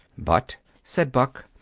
but, said buck,